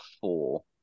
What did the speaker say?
four